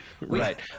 Right